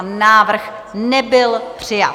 Návrh nebyl přijat.